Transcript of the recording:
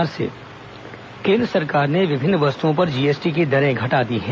Jaitley GST केंद्र सरकार ने विभिन्न वस्तुओं पर जीएसटी की दरें घटा दी हैं